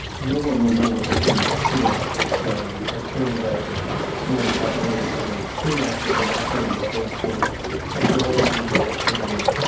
no one will know what this means, tnac, it's um a term that someone taught me recently. tnac is an acronym that stands for technology not a company.